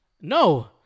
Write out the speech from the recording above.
No